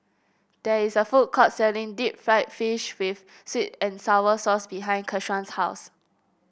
there is a food court selling Deep Fried Fish with sweet and sour sauce behind Keshawn's house